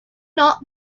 not